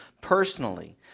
personally